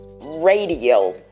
radio